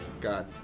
Got